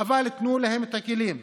אבל תנו להן את הכלים.